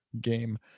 game